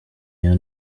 iyo